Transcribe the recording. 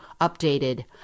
updated